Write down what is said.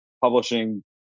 publishing